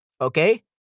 Okay